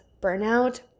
burnout